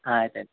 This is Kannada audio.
ಹಾಂ ಆಯ್ತು ಆಯ್ತು